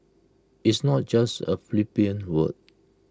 it's not just A flippant word